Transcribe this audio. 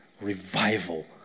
Revival